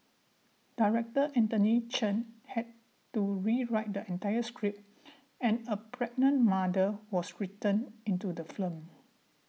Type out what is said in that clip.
director Anthony Chen had to rewrite the entire script and a pregnant mother was written into the film